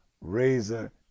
razor